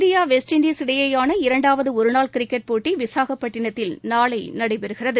India West Indies இடையேயான இரண்டாவது ஒருநாள் கிரிக்கெட் போட்ட விசாகப்பட்டினத்தில் நாளை நடைபெறுகிறது